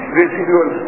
residual